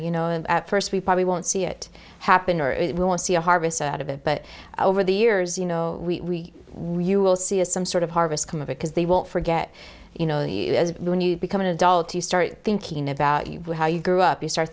you know at first we probably won't see it happen or if we want to see a harvest out of it but over the years you know we really will see a some sort of harvest come of it because they won't forget you know when you become an adult you start thinking about you know how you grew up you start